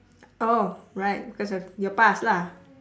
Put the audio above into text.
oh right because of your past lah